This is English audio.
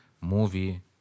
movie